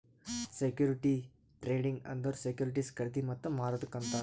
securities trading ಅಂದುರ್ securities ಖರ್ದಿ ಮತ್ತ ಮಾರದುಕ್ ಅಂತಾರ್